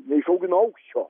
neišaugino aukščio